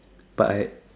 but I